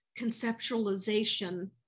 conceptualization